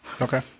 Okay